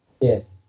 Yes